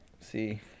See